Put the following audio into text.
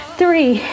three